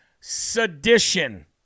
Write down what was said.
Sedition